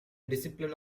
discipline